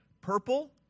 Purple